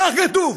כך כתוב,